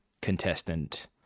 contestant